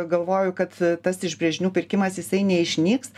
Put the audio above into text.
galvoju kad tas iš brėžinių pirkimas jisai neišnyks